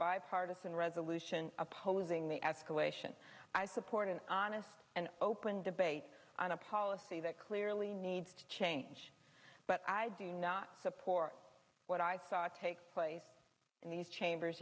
bipartisan resolution opposing the escalation i support an honest and open debate on a policy that clearly needs to change but i do not support what i saw take place in these chambers